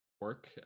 work